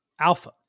alpha